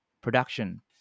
production